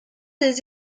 des